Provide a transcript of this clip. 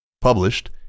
Published